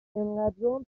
انقدرام